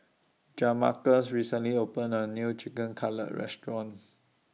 Jamarcus recently opened A New Chicken Cutlet Restaurant